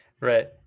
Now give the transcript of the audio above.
Right